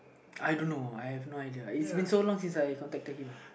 I don't know I have no idea it has been so long since I contacted him